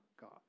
God